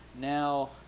now